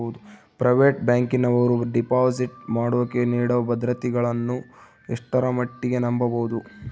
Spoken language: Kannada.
ಪ್ರೈವೇಟ್ ಬ್ಯಾಂಕಿನವರು ಡಿಪಾಸಿಟ್ ಮಾಡೋಕೆ ನೇಡೋ ಭದ್ರತೆಗಳನ್ನು ಎಷ್ಟರ ಮಟ್ಟಿಗೆ ನಂಬಬಹುದು?